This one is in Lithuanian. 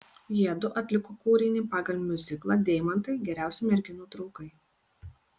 jiedu atliko kūrinį pagal miuziklą deimantai geriausi merginų draugai